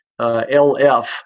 LF